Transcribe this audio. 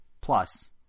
plus